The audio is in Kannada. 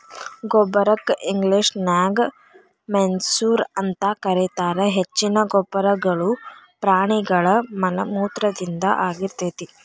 ಗೊಬ್ಬರಕ್ಕ ಇಂಗ್ಲೇಷನ್ಯಾಗ ಮೆನ್ಯೂರ್ ಅಂತ ಕರೇತಾರ, ಹೆಚ್ಚಿನ ಗೊಬ್ಬರಗಳು ಪ್ರಾಣಿಗಳ ಮಲಮೂತ್ರದಿಂದ ಆಗಿರ್ತೇತಿ